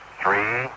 three